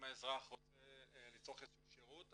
אם האזרח רוצה לצרוך איזה שהוא שירות,